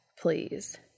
Please